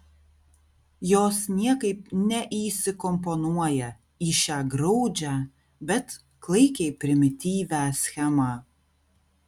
jos niekaip neįsikomponuoja į šią graudžią bet klaikiai primityvią schemą